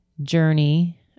journey